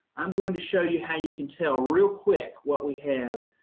i'm going to show you how you can tell real quick what we have.